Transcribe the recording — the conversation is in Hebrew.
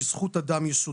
שהיא זכות אדם יסודית.